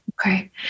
Okay